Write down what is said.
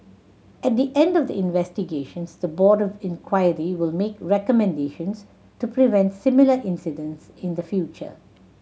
at the end of the investigations the Board of Inquiry will make recommendations to prevent similar incidents in the future